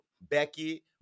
Becky